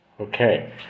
okay